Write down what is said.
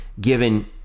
given